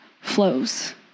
flows